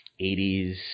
80s